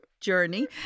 journey